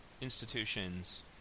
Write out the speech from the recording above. institutions